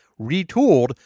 retooled